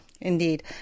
Indeed